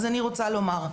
אני רוצה לומר,